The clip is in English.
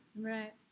Right